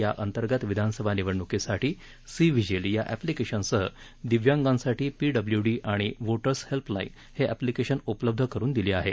या अंतर्गत विधानसभा निवडण्कीसाठी सी व्हिजिल या अॅप्लिकेशनसह दिव्यांगासाठी पीडब्ल्यूडी आणि व्होटर्स हेल्पलाईन हे अॅप्लिकेशन उपलब्ध करून दिली आहेत